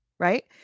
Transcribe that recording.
Right